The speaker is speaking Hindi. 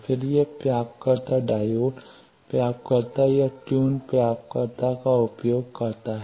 फिर यह प्राप्तकर्ता डायोड प्राप्तकर्ता या ट्यून प्राप्तकर्ता का उपयोग करता है